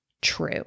true